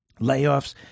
Layoffs